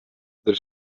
there